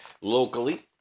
locally